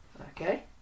Okay